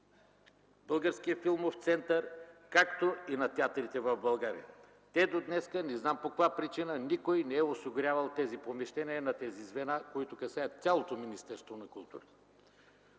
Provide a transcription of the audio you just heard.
Българският филмов център, както и на театрите в България. До днес, не знам по каква причина, никой не е осигурявал помещенията на звената, които касаят цялото Министерство на културата.